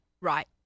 Right